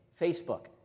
Facebook